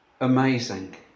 amazing